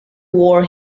war